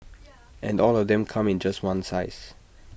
and all of them come in just one size